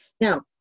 Now